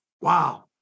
Wow